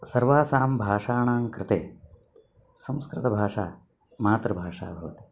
सर्वासां भाषाणां कृते संस्कृतभाषा मातृभाषा भवति